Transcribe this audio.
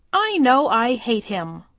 i know i hate him!